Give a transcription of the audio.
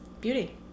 beauty